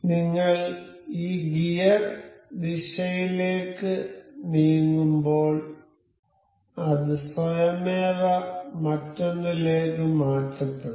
നിങ്ങൾ ഈ ഗിയർ ദിശയിലേക്ക് നീങ്ങുമ്പോൾ അത് സ്വയമേവ മറ്റൊന്നിലേക്ക് മാറ്റപ്പെടും